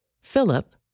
Philip